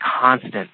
constant